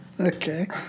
Okay